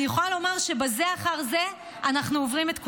אני יכולה לומר שבזה אחר זה אנחנו עוברים את כולם.